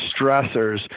stressors